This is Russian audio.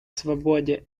свободе